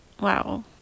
Wow